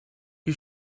you